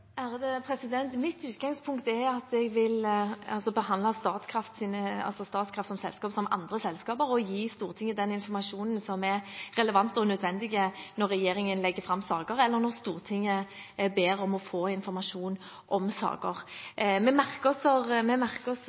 Mitt utgangspunkt er at jeg vil behandle Statkraft som selskap som andre selskap og gi Stortinget den informasjonen som er relevant og nødvendig når regjeringen legger fram saker, eller når Stortinget ber om å få informasjon om saker. Vi merker oss